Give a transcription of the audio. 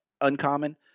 uncommon